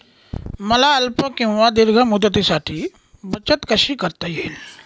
मला अल्प किंवा दीर्घ मुदतीसाठी बचत कशी करता येईल?